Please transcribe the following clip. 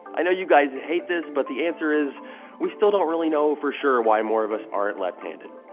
i know you guys hate this, but the answer is we still don't really know for sure why more of us aren't left handed.